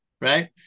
right